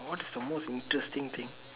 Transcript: what is the most interesting thing